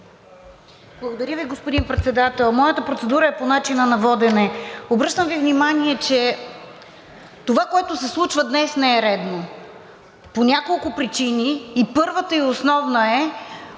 Благодаря Ви, господин Председател. Моята процедура е по начина на водене. Обръщам Ви внимание, че това, което се случва днес, не е редно по няколко причини. Първата и основна –